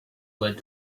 led